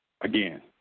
Again